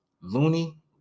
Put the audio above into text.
Looney